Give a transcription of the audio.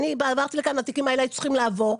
כשעברתי לכאן התיקים האלה היו צריכים לעבור,